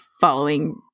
following